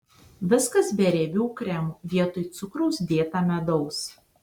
viskas be riebių kremų vietoj cukraus dėta medaus